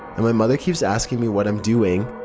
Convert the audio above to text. and my mother keeps asking me what i'm doing,